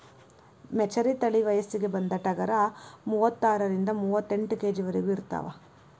ಮೆಚರಿ ತಳಿ ವಯಸ್ಸಿಗೆ ಬಂದ ಟಗರ ಮೂವತ್ತಾರರಿಂದ ಮೂವತ್ತೆಂಟ ಕೆ.ಜಿ ವರೆಗು ಇರತಾವ